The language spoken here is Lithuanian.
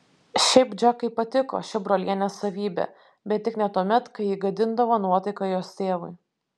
šiaip džekai patiko ši brolienės savybė bet tik ne tuomet kai ji gadindavo nuotaiką jos tėvui